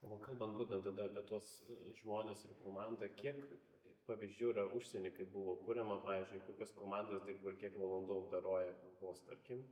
o kalbant būtent da apie tuos žmones ir komandą kiek pavyzdžių yra užsieny kai buvo kuriama pavyzdžiui kokios komandos dirba ir kiek valandų apdoroja kalbos tarkim